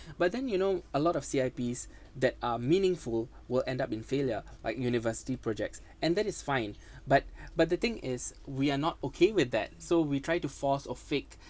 but then you know a lot of C_I_Ps that are meaningful will end up in failure like university projects and that is fine but but the thing is we are not okay with that so we try to force or fake